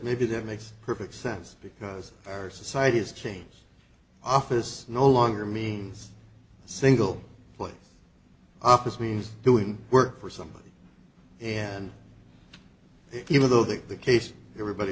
maybe that makes perfect sense because our society has changed office no longer means a single place opposite means doing work for something and if even though that the case everybody